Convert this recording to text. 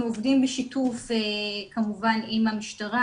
אנחנו עובדים בשיתוף כמובן עם המשטרה,